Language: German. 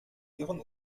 ihren